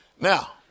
Now